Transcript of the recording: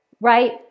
right